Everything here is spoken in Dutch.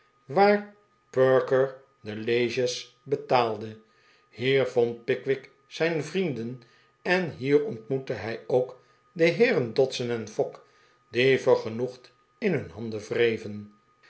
waar perker de leges betaalde hier vond pickwick zijn vrienden en hier ontmoette hij ook de heeren dodson en fogg die vergenoegd in hun handen